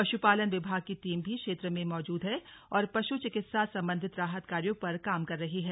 पशुपालन विभाग की टीम भी क्षेत्र में मौजूद है और पशु चिकित्सा संबंधित राहत कार्यों पर काम कर रही है